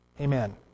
amen